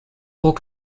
whole